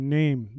name